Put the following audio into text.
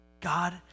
God